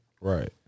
Right